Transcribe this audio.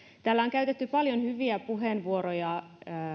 täällä on käytetty paljon hyviä puheenvuoroja